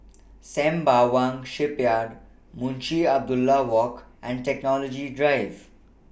Sembawang Shipyard Munshi Abdullah Walk and Technology Drive